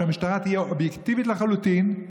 שהמשטרה תהיה אובייקטיבית לחלוטין,